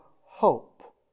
hope